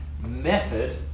method